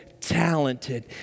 talented